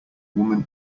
woman